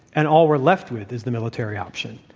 and all we're left with is the military option.